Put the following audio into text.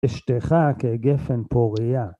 אשתך כגפן פוריה